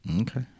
Okay